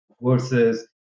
versus